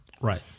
right